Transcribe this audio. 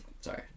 Sorry